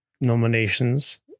nominations